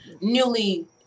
newly